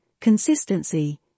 consistency